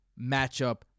matchup